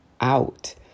out